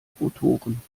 rotoren